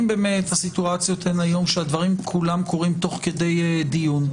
אם באמת הסיטואציות היום שהדברים כולם קורים תוך כדי דיון,